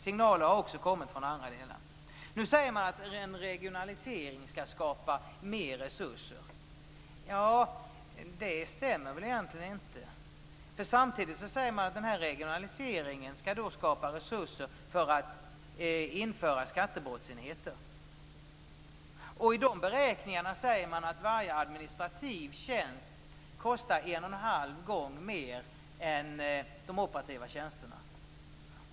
Signaler har också kommit från andra delar av landet. Nu säger man att en regionalisering skall skapa mer resurser. Det stämmer egentligen inte, eftersom man samtidigt säger att regionaliseringen skall skapa resurser för att införa skattebrottsenheter. I de beräkningarna säger man att varje administrativ tjänst kostar en och en halv gång mer än de operativa tjänsterna.